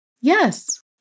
Yes